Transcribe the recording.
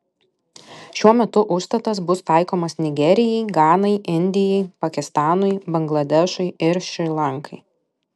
šiuo metu užstatas bus taikomas nigerijai ganai indijai pakistanui bangladešui ir šri lankai